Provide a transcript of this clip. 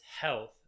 health